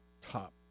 top